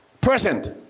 present